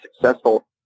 successful